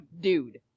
dude